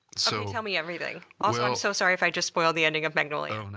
so tell me everything. also, i'm so sorry if i just spoil the ending of magnolia.